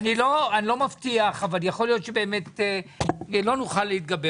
לא מבטיח ויכול להיות שלא נוכל להתגבר